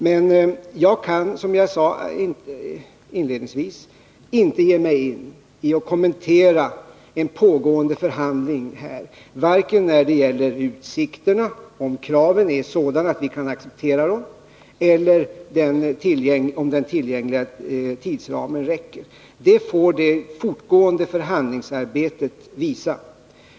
Men jag kan, som jag sade inledningsvis, inte här ge mig in på att kommentera en pågående förhandling, varken när det gäller utsikterna — om kraven är sådana att vi kan acceptera dem — eller när det gäller frågan huruvida den tillgängliga tidsramen räcker. Det får det pågående förhandlingsarbetet visa.